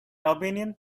opinion